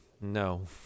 No